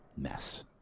mess